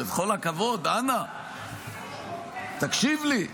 בכל הכבוד, אנא, תקשיב לי,